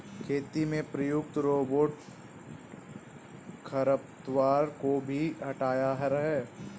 खेती में प्रयुक्त रोबोट खरपतवार को भी हँटाता है